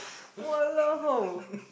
!walao!